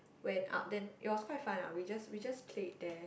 went up then it was quite fun ah we just we just played there